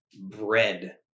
bread